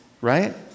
right